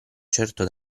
certo